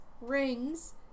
Rings